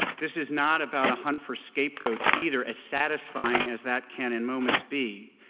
this is not about a hunt for scapegoats either, as satisfying as that can in moments be,